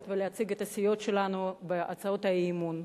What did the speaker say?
ולייצג את הסיעות שלנו בהצעות האי-אמון.